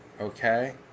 Okay